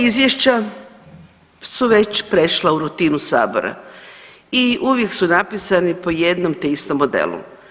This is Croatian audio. Ova izvješća su već prešla u rutinu sabora i uvijek su napisani po jednom te istom modelu.